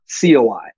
COI